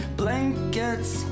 blankets